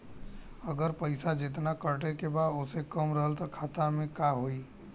अगर पैसा जेतना कटे के बा ओसे कम रहल खाता मे त का होई?